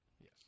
Yes